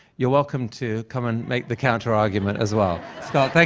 you're welcome to come and make the counterargument as well. scott,